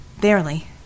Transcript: Barely